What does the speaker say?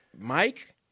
Mike